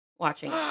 watching